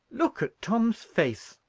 look at tom's face!